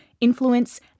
influence